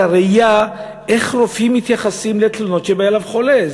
הראייה איך רופאים מתייחסים לתלונות כשבא אליהם חולה.